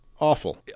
Awful